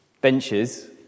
benches